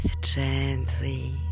gently